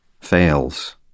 fails